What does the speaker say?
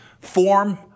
form